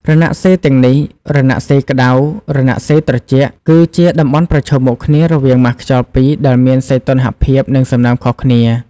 រណសិរ្សទាំងនេះ រណសិរ្សក្តៅ រណសិរ្សត្រជាក់ គឺជាតំបន់ប្រឈមមុខគ្នារវាងម៉ាស់ខ្យល់ពីរដែលមានសីតុណ្ហភាព និងសំណើមខុសគ្នា។